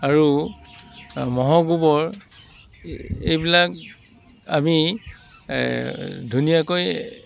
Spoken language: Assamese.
আৰু ম'হৰ গোবৰ এইবিলাক আমি ধুনীয়াকৈ